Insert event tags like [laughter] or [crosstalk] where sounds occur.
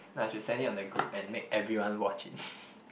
no I should send it on the group and make everyone watch it [laughs]